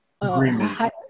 agreement